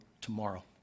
tomorrow